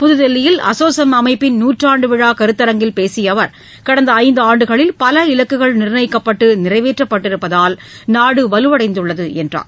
புத்தில்லியில் அசோசெம் அமைப்பின் நூற்றாண்டு விழா கருத்தரங்கில் பேசிய அவர் கடந்த ஐந்தாண்டுகளில் பல இலக்குகள் நிர்ணயிக்கப்பட்டு நிறைவேற்றப்பட்டிருப்பதால் நாடு வலுவடைந்துள்ளது என்றார்